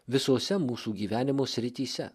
visose mūsų gyvenimo srityse